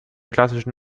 klassischen